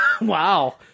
wow